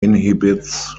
inhibits